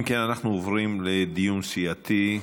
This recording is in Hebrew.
אם כן, אנחנו עוברים לדיון סיעתי.